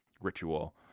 ritual